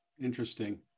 interesting